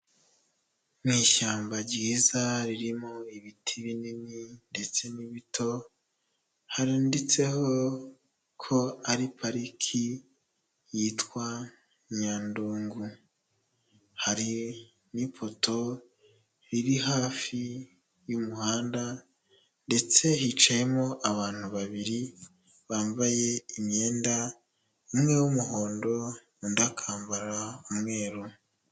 Mu ishyamba ryiza ririmo ibiti binini ndetse n'ibito handitseho ko ari pariki yitwa Nyandungu, hari n'ipoto riri hafi y'umuhanda ndetse hicayemo abantu babiri bambaye imyenda, umwe w'umuhondo undi akambara umweru.